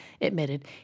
admitted